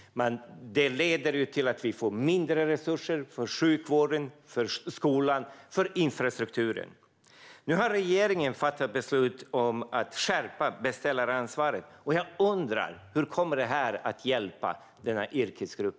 Det leder till att vi får mindre resurser för sjukvården, skolan och infrastrukturen. Nu har regeringen fattat beslut om att skärpa beställaransvaret. Hur kommer det att hjälpa denna yrkesgrupp?